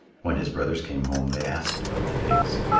when his brothers came home they asked about the pigs.